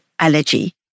allergy